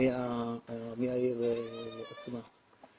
מהעיר עצמה.